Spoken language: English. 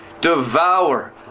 devour